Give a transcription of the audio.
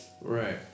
right